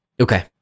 Okay